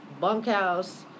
bunkhouse